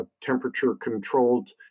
temperature-controlled